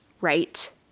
right